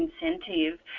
incentive